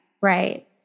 Right